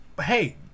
hey